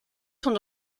sont